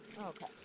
Okay